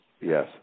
yes